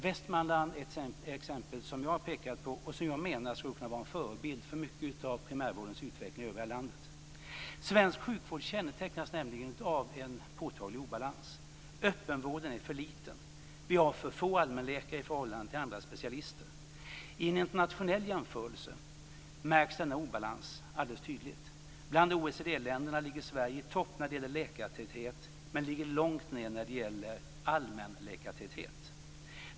Västmanland är ett exempel som jag har pekat på och som jag menar skulle kunna vara en förebild för mycket av primärvårdens utveckling i övriga landet. Svensk sjukvård kännetecknas nämligen av en påtaglig obalans. Öppenvården är för liten. Vi har för få allmänläkare i förhållande till andra specialister. I en internationell jämförelse märks denna obalans alldeles tydligt. Bland OECD-länderna ligger Sverige i topp när det gäller läkartäthet, men långt ned när det gäller allmänläkartäthet.